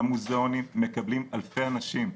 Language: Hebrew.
המוזיאונים מקבלים אלפי אנשים,